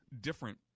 different